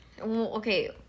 okay